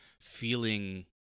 feeling